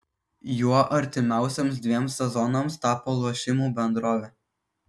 juo artimiausiems dviems sezonams tapo lošimų bendrovė